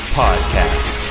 podcast